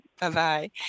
Bye-bye